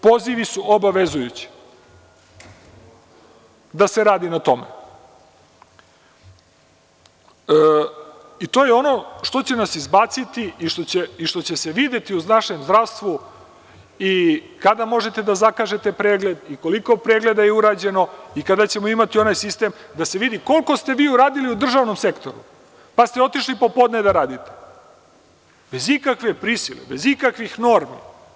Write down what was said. Pozivi su obavezujući da se radi na tome i to je ono što će nas izbaciti i što će se videti u našem zdravstvu i kada možete da zakažete pregled, i koliko pregleda je urađeno, i kada ćemo imati onaj sistem da se vidi koliko ste vi uradili u državnom sektoru, pa ste otišli popodne da radite bez ikakve prisile, bez ikakvih normi.